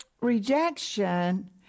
rejection